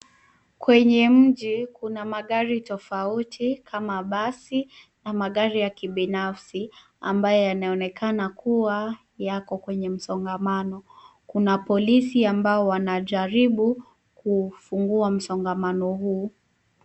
Kwenye mji kuna magari tofauti kama basi na magari ya kibinafsi ambayo yanaonekana kuwa yako kwenye msongamano. Kuna polisi ambao wanajaribu kuufungua msongamano huu.